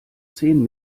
zehn